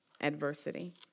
adversity